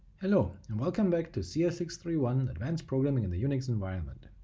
hello, and welcome back to c s six three one advanced programming in the unix environment.